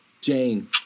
Jane